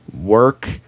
work